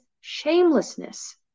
shamelessness